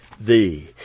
Thee